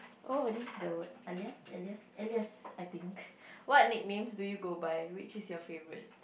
oh this is the word alias alias alias I think what nicknames do you go by which is your favourite